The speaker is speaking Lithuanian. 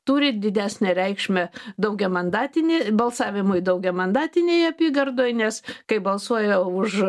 turi didesnę reikšmę daugiamandatinį balsavimui daugiamandatinėj apygardoj nes kai balsuoja už